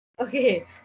Okay